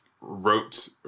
wrote